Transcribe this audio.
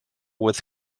with